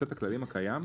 סט הכללים הקיים,